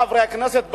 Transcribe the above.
חברי הכנסת,